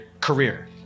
career